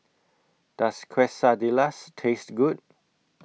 Does Quesadillas Taste Good